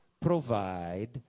provide